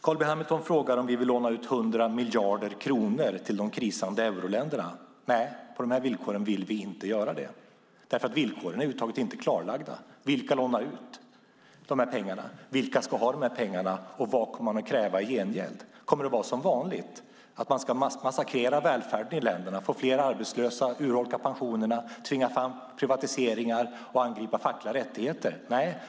Carl B Hamilton frågar om vi vill låna ut 100 miljarder kronor till de krisande euroländerna. Nej, på de här villkoren vill vi inte göra det. Villkoren är inte klarlagda. Vilka lånar ut pengarna? Vilka ska ha pengarna, och vad kommer man att kräva i gengäld? Kommer det att vara som vanligt att man ska massakrera välfärden i länderna, få fler arbetslösa, urholka pensionerna, tvinga fram privatiseringar och angripa fackliga rättigheter?